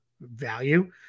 Value